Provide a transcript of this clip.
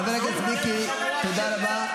חבר הכנסת מיקי, תודה רבה.